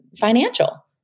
financial